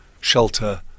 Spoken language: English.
shelter